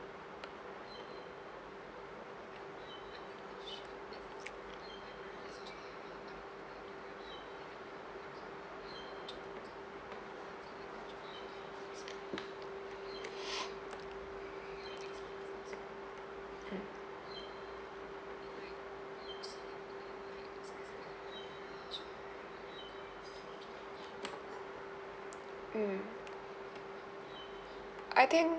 mm mm I think